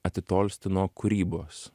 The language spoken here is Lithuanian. atitolsti nuo kūrybos